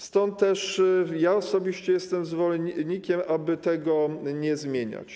Stąd też ja osobiście jestem zwolennikiem, aby tego nie zmieniać.